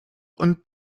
und